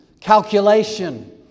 calculation